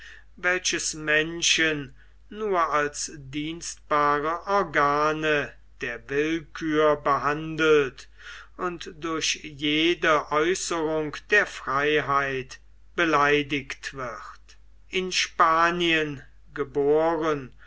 welches menschen nur als dienstbare organe der willkür behandelt und durch jede aeußerung der freiheit beleidigt wird in spanien geboren